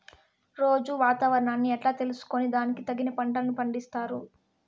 రోజూ వాతావరణాన్ని ఎట్లా తెలుసుకొని దానికి తగిన పంటలని పండిస్తారు?